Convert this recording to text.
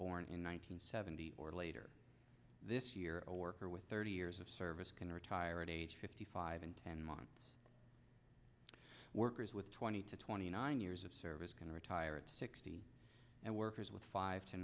born in one nine hundred seventy or later this year a worker with thirty years of service can retire at age fifty five and ten mine workers with twenty to twenty nine years of service can retire at sixty and workers with five to